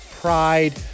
Pride